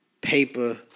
paper